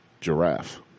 giraffe